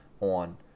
on